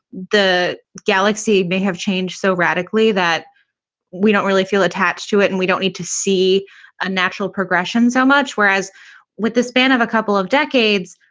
the galaxy may have changed so radically that we don't really feel attached to it. and we don't need to see a natural progression so much. whereas with the span of a couple of decades,